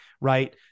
right